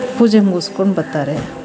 ಪೂಜೆ ಮುಗಿಸ್ಕೊಂಡು ಬರ್ತಾರೆ